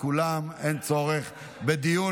כלכלה, כלכלה.